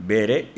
Bere